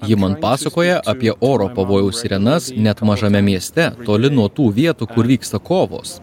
ji man pasakoja apie oro pavojaus sirenas net mažame mieste toli nuo tų vietų kur vyksta kovos